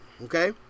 Okay